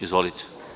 Izvolite.